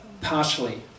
partially